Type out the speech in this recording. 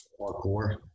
Parkour